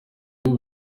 w’u